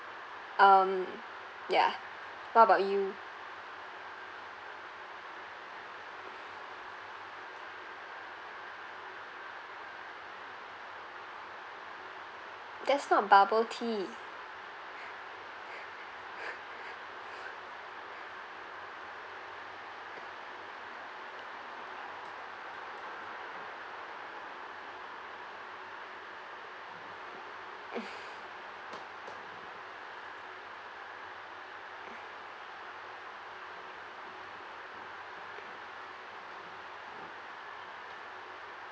um ya what about you that's not bubble tea